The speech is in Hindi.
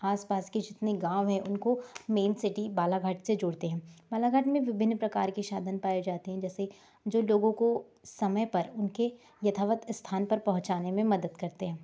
आसपास के जितने गाँव हैं उनको मेन सिटी बालाघाट से जोड़ते हैं बालाघाट में विभिन्न प्रकार के साधन पाए जाते हैं जैसे जो लोगों को समय पर उनके यथावत स्थान पर पहुँचाने में मदद करते हैं